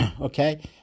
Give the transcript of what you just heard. Okay